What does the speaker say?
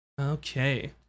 Okay